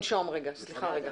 בתהליך.